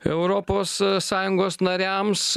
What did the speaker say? europos sąjungos nariams